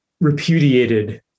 repudiated